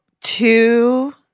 Two